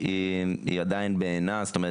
זאת אומרת,